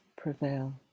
prevail